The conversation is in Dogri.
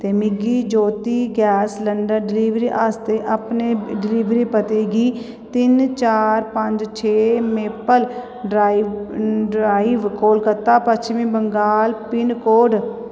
ते मिगी ज्योति गैस सलैंडर डलीवरी आस्तै अपने डलीवरी पते गी तिन्न चार पंज छे मेपल ड्राइव ड्राइव कोलकाता पच्छम बंगाल पिनकोड